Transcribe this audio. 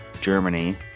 Germany